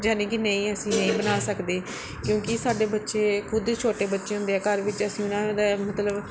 ਯਾਨੀ ਕਿ ਨਹੀਂ ਅਸੀਂ ਨਹੀਂ ਬਣਾ ਸਕਦੇ ਕਿਉਂਕਿ ਸਾਡੇ ਬੱਚੇ ਖੁਦ ਛੋਟੇ ਬੱਚੇ ਹੁੰਦੇ ਆ ਘਰ ਵਿੱਚ ਅਸੀਂ ਉਹਨਾਂ ਦਾ ਮਤਲਬ